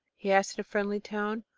he asked, in a friendly tone.